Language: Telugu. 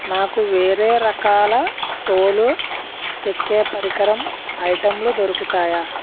నాకు వేరే రకాల తోలు చెక్కే పరికరం ఐటెంలు దొరుకుతాయా